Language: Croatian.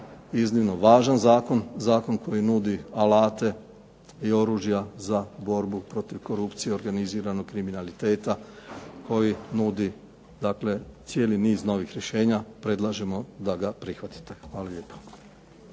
iznimno važan zakon, zakon koji nudi alate i oružja za borbu protiv korupcije, organiziranog kriminaliteta, koji nudi dakle cijeli niz novih rješenja, predlažemo da ga prihvatite. Hvala lijepa.